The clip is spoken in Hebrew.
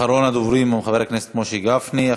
אחרון הדוברים, חבר הכנסת משה גפני.